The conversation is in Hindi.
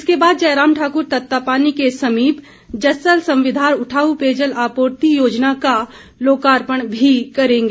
इसके बाद जयराम ठाक्र का तत्तापानी के समीप जस्सल संवीधार उठाऊ पेयजल आपूर्ति योजना का लोकार्पण भी करेंगे